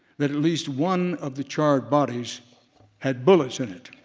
that at least one of the charred bodies had bullets in it.